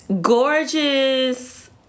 gorgeous